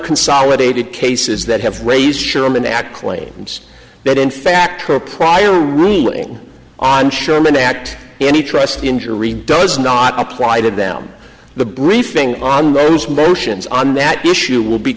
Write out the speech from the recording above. consolidated cases that have raise sherman act claims that in fact are a prior ruling on sherman act any trust injury does not apply to them the briefing on those motions on that issue will be